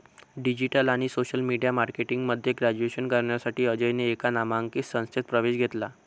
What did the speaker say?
digital आणि social media marketing मध्ये graduation करण्यासाठी अजयने एका नामांकित संस्थेत प्रवेश घेतला